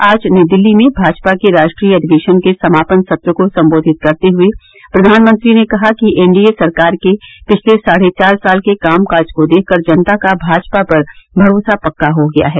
आज नई दिल्ली में भाजपा के राष्ट्रीय अधिवेशन के समापन सत्र को संबोधित करते हुए प्रधानमंत्री ने कहा कि एनडीए सरकार के पिछले साढ़े चार साल के कामकाज को देख कर जनता का भाजपा पर भरोसा पक्का हो गया है